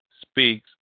speaks